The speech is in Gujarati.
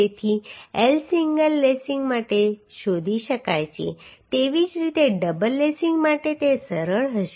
તેથી L સિંગલ લેસિંગ માટે શોધી શકાય છે તેવી જ રીતે ડબલ લેસિંગ માટે તે સરળ હશે